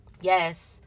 Yes